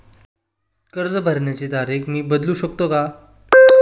कर्ज भरण्याची तारीख मी बदलू शकतो का?